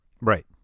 Right